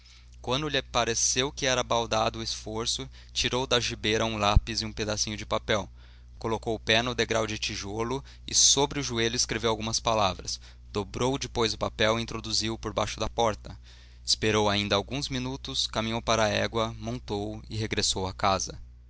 quando lhe pareceu que era baldado o esforço tirou da algibeira um lápis e um pedacinho de papel colocou o pé no degrau de tijolo e sobre o joelho escreveu algumas palavras dobrou depois o papel e introduziu o por baixo da porta esperou ainda alguns minutos caminhou para a égua montou e regressou à casa